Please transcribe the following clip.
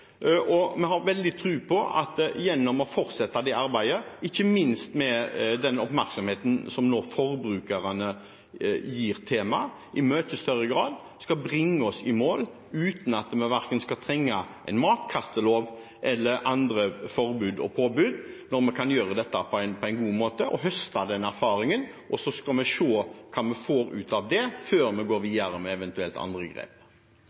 og vi har veldig tro på at det å fortsette det arbeidet – ikke minst med den oppmerksomheten som forbrukerne nå i mye større grad gir temaet – skal bringe oss i mål. Uten at vi skal trenge verken en matkastelov eller andre forbud og påbud, kan vi gjøre dette på en god måte og høste av den erfaringen. Vi skal se hva vi får ut av det før vi går videre med eventuelt andre grep.